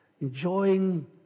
enjoying